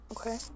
Okay